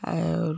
और